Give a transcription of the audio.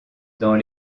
dans